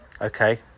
Okay